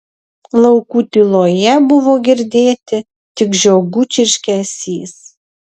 laukų tyloje buvo girdėti tik žiogų čirškesys